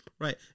Right